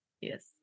Yes